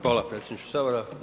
Hvala predsjedniče Sabora.